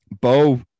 Bo